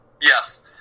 Yes